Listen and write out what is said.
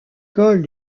col